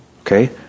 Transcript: okay